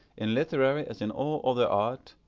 in literary as in all other art,